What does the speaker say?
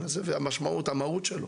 בסוף?